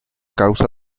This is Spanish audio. causa